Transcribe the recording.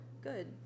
Good